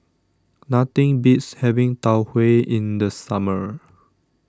nothing beats having Tau Huay in the summer